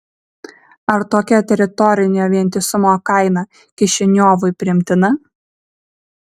ar tokia teritorinio vientisumo kaina kišiniovui priimtina